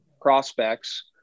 prospects –